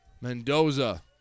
Mendoza